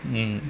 mm